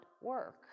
work